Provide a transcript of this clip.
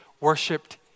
worshipped